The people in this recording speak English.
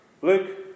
Luke